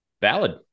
Valid